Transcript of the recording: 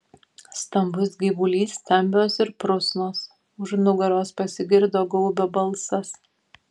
stambus gyvulys stambios ir prusnos už nugaros pasigirdo gaubio balsas